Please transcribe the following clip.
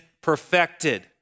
perfected